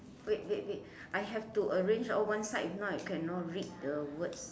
wait wait wait I have to arrange all one side if not I cannot read the words